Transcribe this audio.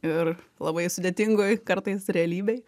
ir labai sudėtingoj kartais realybėj